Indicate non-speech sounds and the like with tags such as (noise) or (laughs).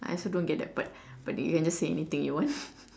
I also don't get that part but you can just say anything you want (laughs)